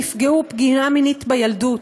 נפגעו בפגיעה מינית בילדות,